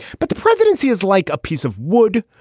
but the presidency is like a piece of wood.